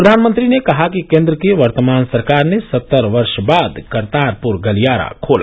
प्रधानमंत्री ने कहा कि केन्द्र की वर्तमान सरकार ने सत्तर वर्ष बाद करतारपुर गलियारा खोला